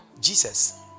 Jesus